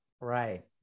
right